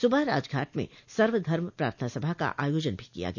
सूबह राजघाट में सर्वधर्म प्रार्थना सभा का आयोजन भी किया गया